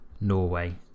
Norway